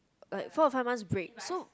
like four or five month break so